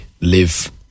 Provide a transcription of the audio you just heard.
live